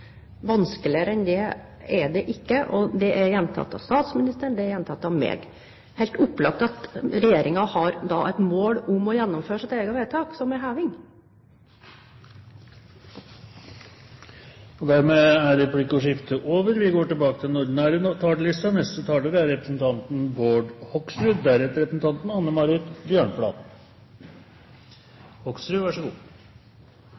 Vanskeligere enn det er det ikke. Det er gjentatt av statsministeren, det er gjentatt av meg. Det er helt opplagt at regjeringen da har et mål om å gjennomføre sitt vedtak, som er heving. Replikkordskiftet er dermed over. Jeg synes nesten vi burde si velkommen til